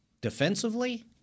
Defensively